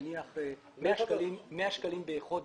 נניח 100 שקלים בחודש,